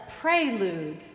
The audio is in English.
prelude